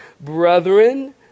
Brethren